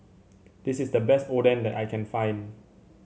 this is the best Oden that I can find